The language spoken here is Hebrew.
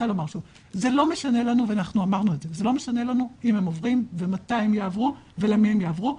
זה לא משנה לנו אם הם עוברים ומתי הם יעברו ולמי הם יעברו.